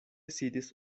sidis